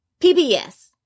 PBS